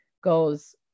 goes